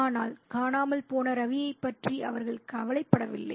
ஆனால் காணாமல் போன ரவியைப் பற்றி அவர்கள் கவலைப்படவில்லை